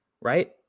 right